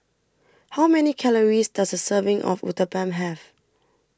How Many Calories Does A Serving of Uthapam Have